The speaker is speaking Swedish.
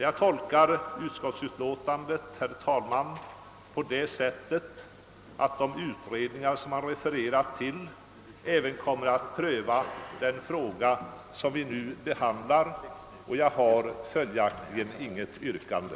Jag tolkar utskottets skrivning, herr talman, på det sättet att de utredningar som man refererat till kommer att pröva även den fråga som vi nu behandlar. Jag har följaktligen inte något yrkande.